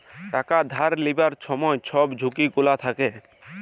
টাকা ধার লিবার ছময় ছব ঝুঁকি গুলা থ্যাকে